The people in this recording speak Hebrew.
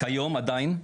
כיום עדיין,